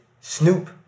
Snoop